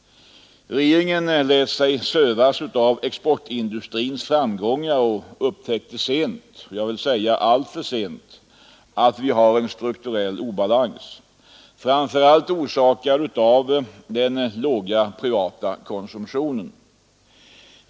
Regeringen lät sig sövas av exportindustrins framgångar och upptäckte sent — jag vill säga alltför sent — att vi har en strukturell obalans, framför allt orsakad av den låga privata konsumtionen.